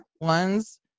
ones